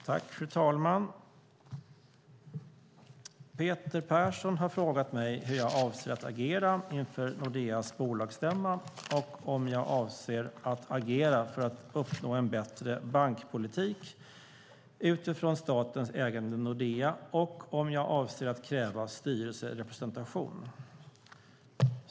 Fru talman! Peter Persson har frågat mig hur jag avser att agera inför Nordeas bolagsstämma och om jag avser att agera för att uppnå en bättre bankpolitik utifrån statens ägande i Nordea och om jag avser att kräva styrelserepresentation.